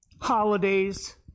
holidays